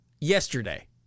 Yesterday